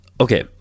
okay